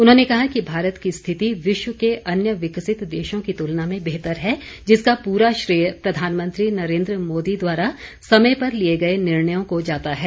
उन्होंने कहा कि भारत की स्थिति विश्व के अन्य विकसित देशों की तुलना में बेहतर है जिसका पूरा श्रेय प्रधानमंत्री नरेंद्र मोदी द्वारा समय पर लिए गए निर्णयों को जाता है